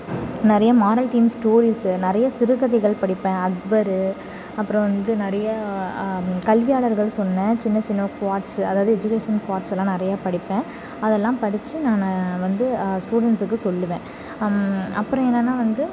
நிறையா moral theme stories நிறையா சிறுகதைகள் படிப்பேன் அக்பரு அப்புறம் வந்து நிறையா கல்வியாளர்கள் சொன்ன சின்ன சின்ன குவார்ட்ஸ்ஸு அதாவது எஜுகேஷன் குவார்ட்ஸ்ஸெல்லாம் நிறையா படிப்பேன் அதெல்லாம் படிச்சு நான் வந்து ஸ்டூடெண்ட்ஸ்ஸுக்கு சொல்லுவேன் அப்புறம் என்னனால் வந்து